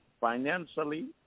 Financially